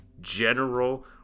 general